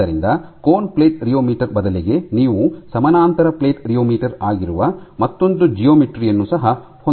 ಆದ್ದರಿಂದ cone plate rheometer ಬದಲಿಗೆ ನೀವು ಸಮಾನಾಂತರ ಪ್ಲೇಟ್ ರಿಯೋಮೀಟರ್ ಆಗಿರುವ ಮತ್ತೊಂದು ಜಿಯೋಮೆಟ್ರಿ ಯನ್ನು ಸಹ ಹೊಂದಬಹುದು